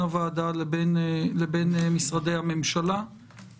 הוועדה וחברי הוועדה העלו לגבי אנשים שלא